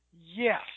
Yes